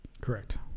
Correct